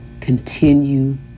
Continue